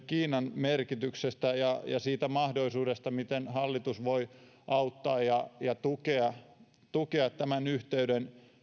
kiinan ratayhteyden merkityksestä ja siitä mahdollisuudesta miten hallitus voi auttaa ja ja tukea tukea tämän yhteyden